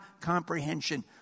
comprehension